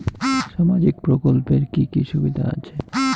সামাজিক প্রকল্পের কি কি সুবিধা আছে?